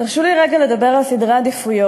תרשו לי רגע לדבר על סדרי עדיפויות.